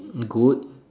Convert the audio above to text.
good